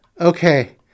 okay